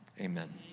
Amen